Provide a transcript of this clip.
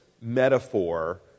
metaphor